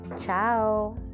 Ciao